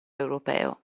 europeo